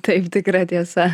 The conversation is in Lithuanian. taip tikra tiesa